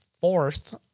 fourth